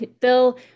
Phil